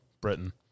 Britain